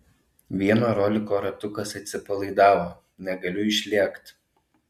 vieno roliko ratukas atsipalaidavo negaliu išlėkt